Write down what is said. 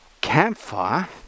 campfire